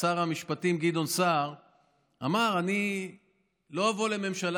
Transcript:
שר המשפטים גדעון סער אמר: אני לא אבוא לממשלה